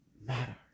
matter